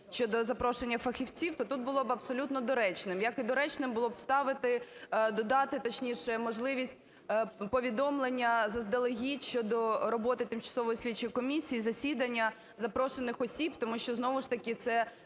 щодо запрошення фахівців, то тут було б абсолютно доречним, як і доречним було б вставити, додати, точніше, можливість повідомлення заздалегідь щодо роботи тимчасової слідчої комісії і засідання запрошених осіб. Тому що, знову ж таки, це